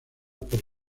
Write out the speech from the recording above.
por